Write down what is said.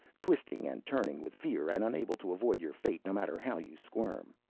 twisting and turning with fear and unable to avoid your fate no matter how you squirm.